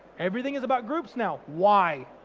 everything is about groups now. why?